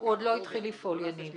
יכול להיות שאתה צודק ויכול להיות שלא,